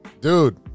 Dude